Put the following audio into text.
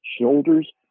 shoulders